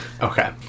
Okay